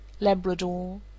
Labrador